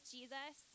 Jesus